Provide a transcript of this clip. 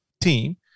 team